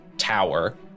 tower